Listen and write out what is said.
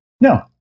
no